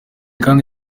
kandi